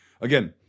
again